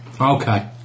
okay